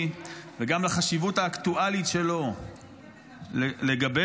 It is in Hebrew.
וגם לחשיבות האקטואלית שלו לגבינו,